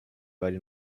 bei